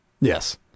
Yes